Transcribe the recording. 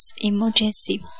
emergency